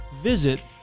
visit